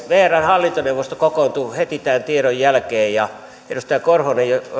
vrn hallintoneuvosto kokoontui heti tämän tiedon jälkeen ja edustaja timo korhonen